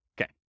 Okay